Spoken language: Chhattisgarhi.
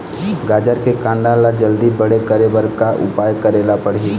गाजर के कांदा ला जल्दी बड़े करे बर का उपाय करेला पढ़िही?